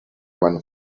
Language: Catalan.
van